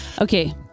okay